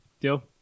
Deal